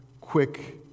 quick